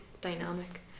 dynamic